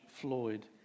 Floyd